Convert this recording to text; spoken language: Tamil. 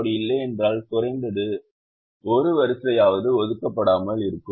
அப்படி இல்லையென்றால் குறைந்தது 1 வரிசையாவது ஒதுக்கப்படாமல் இருக்கும்